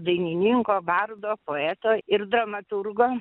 dainininko bardo poeto ir dramaturgo